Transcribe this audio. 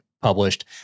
published